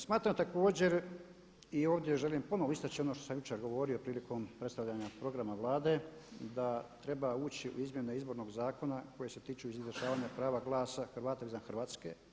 Smatram također i ovdje želim ponovno istaći ono što sam jučer govorio prilikom predstavljanja programa Vlade da treba ući u izmjene Izbornog zakona koje se tiču izvršavanja prava glasa Hrvata izvan Hrvatske.